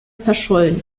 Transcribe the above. verschollen